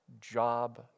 job